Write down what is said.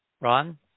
Ron